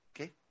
okay